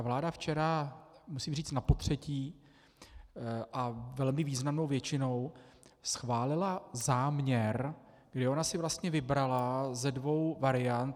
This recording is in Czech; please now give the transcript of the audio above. Vláda včera, musí říct napotřetí a velmi významnou většinou, schválila záměr, kdy ona si vlastně vybrala ze dvou variant.